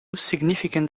significant